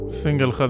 single